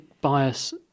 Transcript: bias